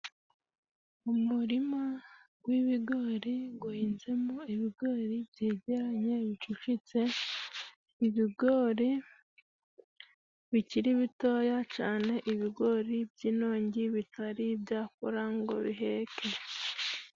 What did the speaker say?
Umurima w'ibigori guhinze mo ibigori byegeranye, bicucitse, ibigori bikiri bitoya cane, ibigori by'inongi bitari byakura ngo biheke.